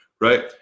right